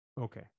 Okay